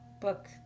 book